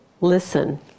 listen